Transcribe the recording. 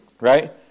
Right